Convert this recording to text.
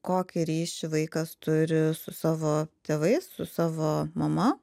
kokį ryšį vaikas turi su savo tėvais su savo mama